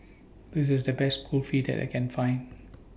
This IS The Best Kulfi that I Can Find